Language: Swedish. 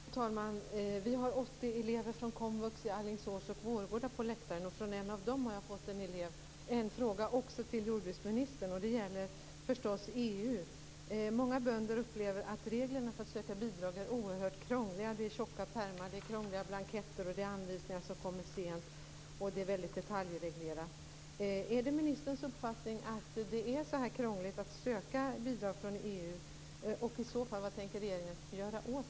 Fru talman! Vi har 80 elever från komvux i Alingsås och Vårgårda på läktaren. Från en av dem har jag fått en fråga till jordbruksministern. Det gäller förstås EU. Många bönder upplever att reglerna för att söka bidrag är oerhört krångliga. Det är tjocka pärmar, krångliga blanketter och anvisningar som kommer sent. Det är också väldigt detaljreglerat.